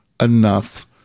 enough